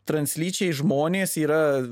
translyčiai žmonės yra